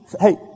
Hey